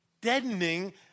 deadening